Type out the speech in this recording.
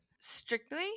strictly